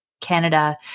Canada